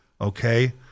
Okay